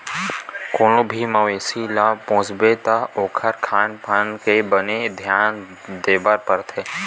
कोनो भी मवेसी ल पोसबे त ओखर खान पान के बने धियान देबर परथे